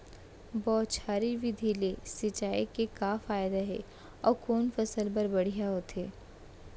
बौछारी विधि ले सिंचाई के का फायदा हे अऊ कोन फसल बर बढ़िया होथे?